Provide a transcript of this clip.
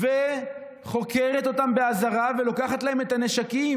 וחוקרת אותן באזהרה ולוקחת להן את הנשקים.